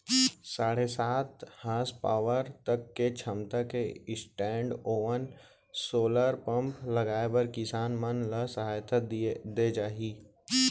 साढ़े सात हासपावर तक के छमता के स्टैंडओन सोलर पंप लगाए बर किसान मन ल सहायता दे जाही